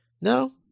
No